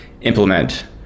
implement